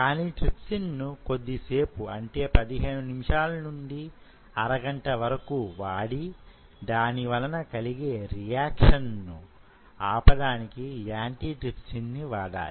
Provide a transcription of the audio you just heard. కానీ ట్రిప్సిన్ ను కొద్ది సేపు అంటే పదిహేను నిమిషాల నుండి అరగాంట వరకు వాడి దానివలన కలిగే రియాక్షన్ ను ఆపడానికి యాంటీ ట్రిప్సిన్ వాడాలి